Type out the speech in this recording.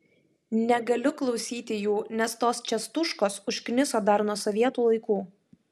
negaliu klausyti jų nes tos čiastuškos užkniso dar nuo sovietų laikų